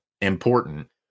important